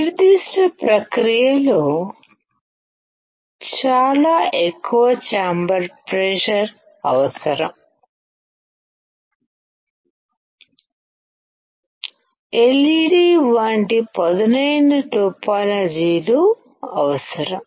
నిర్దిష్ట ప్రక్రియలో చాలా ఎక్కువ ఛాంబర్ ప్రెషర్ అవసరం LED వంటి పదునైన టోపోలాజీలు అవసరం